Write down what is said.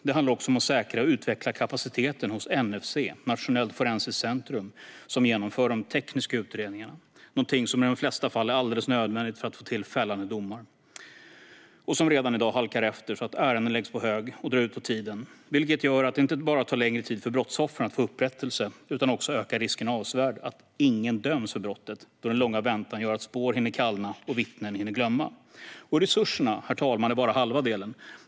Det handlar också om att säkra och utveckla kapaciteten hos NFC, Nationellt forensiskt centrum, som genomför de tekniska utredningarna. Detta är i de flesta fall något som är alldeles nödvändigt för att få till fällande domar och som redan i dag halkar efter så att ärenden läggs på hög och drar ut på tiden. Detta gör inte bara att det tar längre tid för brottsoffer att få upprättelse utan ökar också avsevärt risken för att ingen döms för brottet, då den långa väntan gör att spår hinner kallna och vittnen hinner glömma. Och resurserna, herr talman, är bara halva delen.